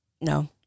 No